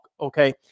okay